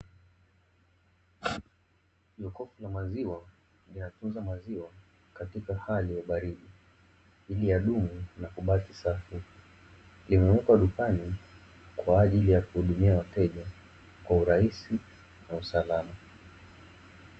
Jokofu la maziwa linatunza maziwa katika hali ya ubaridi ili yadumu na kubaki safi, limewekwa dukani kwa ajili ya kuhudumia wateja kwa urahisi na usalama.